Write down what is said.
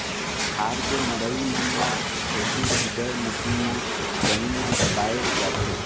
खार के नरई मन ल हैपी सीडर मसीन म जमीन म दबाए जाथे